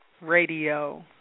Radio